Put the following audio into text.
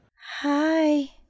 Hi